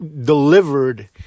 delivered